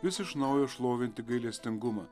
vis iš naujo šlovinti gailestingumą